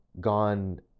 gone